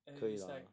and it's like